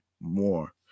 more